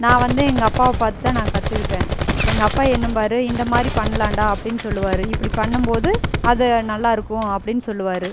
நான் வந்து எங்கள் அப்பாவை பார்த்துதான் நான் கற்றுக்கிட்டேன் எங்கள் அப்பா என்னம்பாரு இந்தமாதிரி பண்ணலான்டா அப்படின்னு சொல்லுவார் இப்படி பண்ணும் போது அது நல்லாயிருக்கும் அப்படின்னு சொல்லுவார்